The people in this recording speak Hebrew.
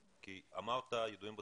אמרת ידועים בציבור,